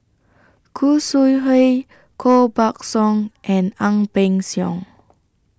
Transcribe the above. Khoo Sui Hoe Koh Buck Song and Ang Peng Siong